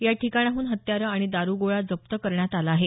याठिकाणाहून हत्यारं आणि दारुगोळा जप्त करण्यात आला आहे